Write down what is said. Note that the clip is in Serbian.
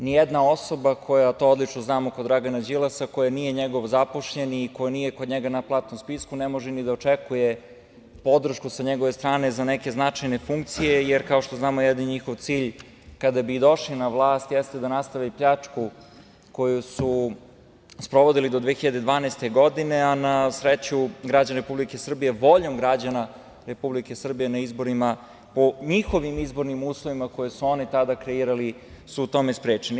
Ni jedna osoba, to odlično znamo, kod Dragana Đilasa koja nije njegov zaposleni i koja nije kod njega na platnom spisku ne može ni da očekuje podršku sa njegove strane za neke značajne funkcije, jer kao što znamo jedini njihov cilj kada bi i došli na vlast jeste da nastave pljačku koju su sprovodili do 2012. godine, a na sreću građani Republike Srbije, voljom građana Republike Srbije na izborima, po njihovim izbornim uslovima koje su oni tada kreirali, su ih u tome sprečili.